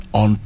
on